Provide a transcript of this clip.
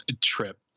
trip